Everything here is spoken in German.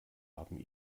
haben